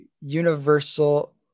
universal